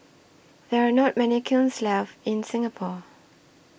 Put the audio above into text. there are not many kilns left in Singapore